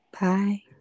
Bye